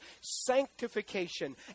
sanctification